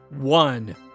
One